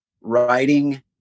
writing